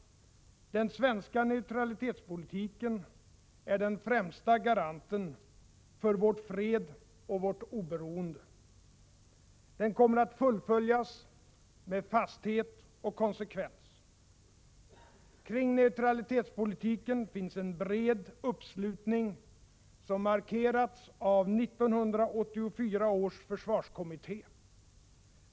Den svenska neutralitetspolitiken är den främsta garanten för vår fred och vårt oberoende. Den kommer att fullföljas med fasthet och konsekvens. Kring neutralitetspolitiken finns en bred uppslutning som markerats av 1984 års försvarskommitté.